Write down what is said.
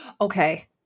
Okay